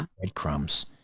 breadcrumbs